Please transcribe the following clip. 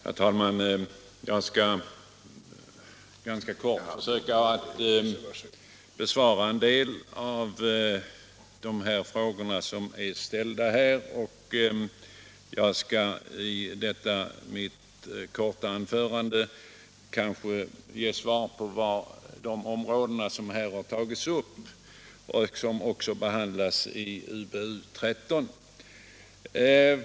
Herr talman! Jag skall ganska kort försöka besvara en del av de frågor som har ställts och beröra några av de områden som har behandlats i utbildningsutskottets betänkande nr 13.